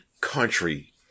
country